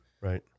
Right